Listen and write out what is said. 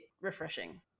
refreshing